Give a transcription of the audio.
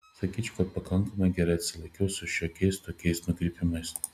sakyčiau kad pakankamai gerai atsilaikiau su šiokiais tokiais nukrypimais